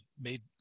made